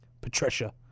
Patricia